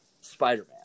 Spider-Man